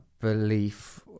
belief